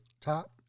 top